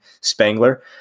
Spangler